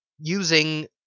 using